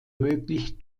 möglich